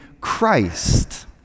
Christ